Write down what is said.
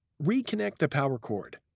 reconnect the power cord.